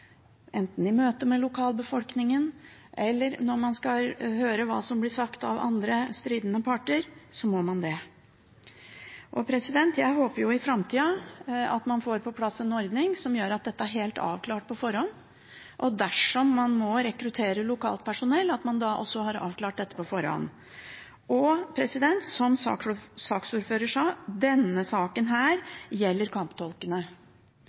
Enten i møte med lokalbefolkningen eller når man skal høre hva som blir sagt av andre stridende parter, må man det. Jeg håper at man i framtida får på plass en ordning som gjør at dette er helt avklart på forhånd, og at man dersom man må rekruttere lokalt personell, også har avklart dette på forhånd. Som saksordføreren sa: Denne saken gjelder kamptolkene.